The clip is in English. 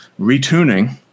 retuning